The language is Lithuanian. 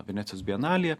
venecijos bienalė